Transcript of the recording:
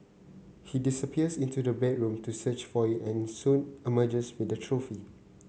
he disappears into the bedroom to search for it and soon emerges with the trophy